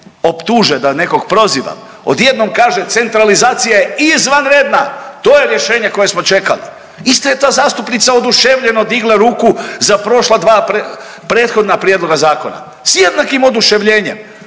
optuže da nekog prozivam. Odjednom kaže centralizacija je izvanredna, to je rješenje koje smo čekali. Ista je ta zastupnica oduševljeno digla ruku za prošla dva prethodna prijedloga zakona. S jednakim oduševljenjem.